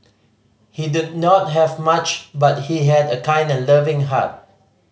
he did not have much but he had a kind and loving heart